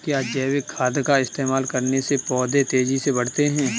क्या जैविक खाद का इस्तेमाल करने से पौधे तेजी से बढ़ते हैं?